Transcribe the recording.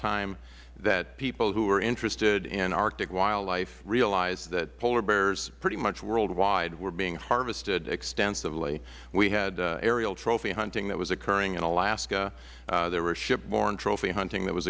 time that people who were interested in arctic wildlife realized that polar bears pretty much worldwide were being harvested extensively we had aerial trophy hunting that was occurring in alaska there was ship borne trophy hunting that was